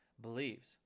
believes